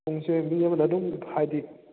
ꯄꯨꯡꯁꯦ ꯃꯤ ꯑꯃꯅ ꯑꯗꯨꯝ ꯍꯥꯏꯗꯤ